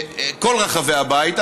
בכל רחבי הבית,